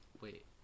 wait